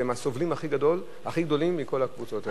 והם הסובלים הכי גדולים מכל הקבוצות האלה.